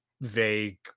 vague